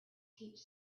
teach